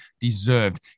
deserved